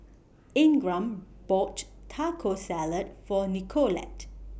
Ingram bought Taco Salad For Nicolette